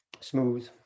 smooth